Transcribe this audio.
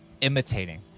imitating